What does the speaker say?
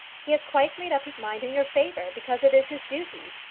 he has quite made up his mind in your favour, because it is his duty.